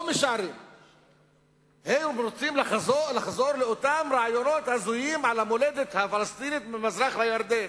הם רוצים לחזור לאותם רעיונות הזויים על המולדת הפלסטינית ממזרח לירדן,